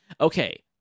Okay